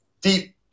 deep